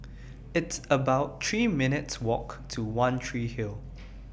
It's about three minutes' Walk to one Tree Hill